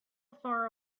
far